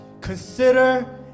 Consider